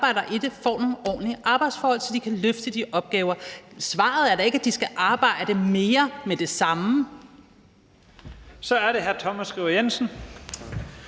Så er det hr. Thomas Skriver Jensen,